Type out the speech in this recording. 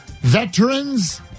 veterans